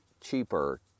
cheaper